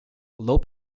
low